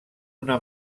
una